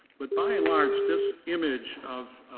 but by and large, this image of